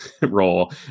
role